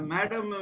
Madam